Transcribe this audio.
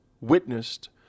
witnessed